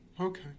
Okay